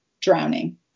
drowning